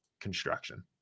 construction